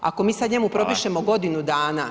Ako mi sada njemu propišemo godinu dana.